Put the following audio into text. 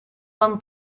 van